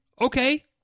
Okay